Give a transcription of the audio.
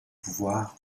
pouvoir